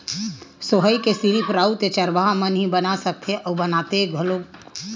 सोहई ल सिरिफ राउत या चरवाहा मन ही बना सकथे अउ बनाथे घलोक